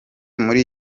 muri